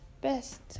best